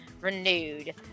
renewed